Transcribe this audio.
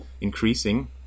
increasing